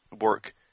work